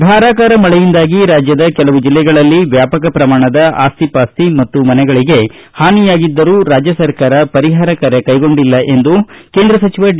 ಧಾರಾಕಾರ ಮಳೆಯಿಂದಾಗಿ ರಾಜ್ಯದ ಕೆಲವು ಜಿಲ್ಲೆಗಳಲ್ಲಿ ವ್ಯಾಪಕ ಪ್ರಮಾಣದ ಆಸ್ತಿಪಾಸ್ತಿ ಮತ್ತು ಮನೆಗಳಿಗೆ ಹಾನಿಯಾಗಿದ್ದರೂ ರಾಜ್ಯ ಸರ್ಕಾರ ಪರಿಹಾರ ಕಾರ್ಯ ಕೈಗೊಂಡಿಲ್ಲ ಎಂದು ಕೇಂದ್ರ ಸಚಿವ ಡಿ